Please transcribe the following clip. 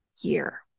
year